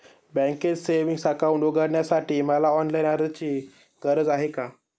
बँकेत savings account उघडण्यासाठी मला ऑनलाईन अर्जाची गरज आहे का?